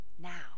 now